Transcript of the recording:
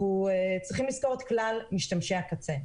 אנחנו צריכים לזכור את כלל משתמשי הקצה,